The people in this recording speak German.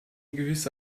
gewisse